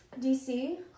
DC